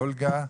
אולגה.